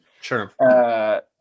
sure